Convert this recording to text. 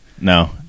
No